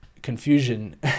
Confusion